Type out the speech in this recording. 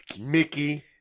Mickey